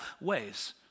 ways